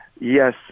Yes